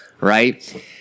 right